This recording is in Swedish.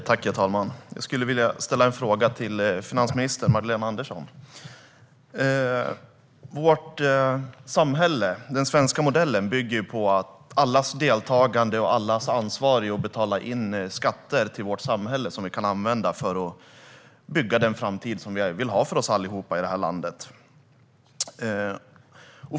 Herr talman! Jag skulle vilja ställa en fråga till finansminister Magdalena Andersson. Vårt samhälle och den svenska modellen bygger på allas deltagande och allas ansvar för att betala in skatter till vårt samhälle som vi kan använda för att bygga den framtid som vi vill ha för oss allihop i det här landet.